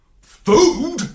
Food